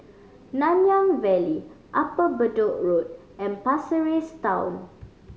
Nanyang Valley Upper Bedok Road and Pasir Ris Town